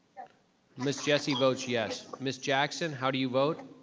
ms. jessie votes yes. ms. jackson, how do you vote?